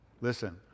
Listen